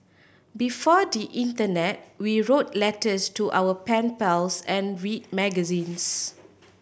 before the internet we wrote letters to our pen pals and read magazines